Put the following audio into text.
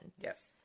Yes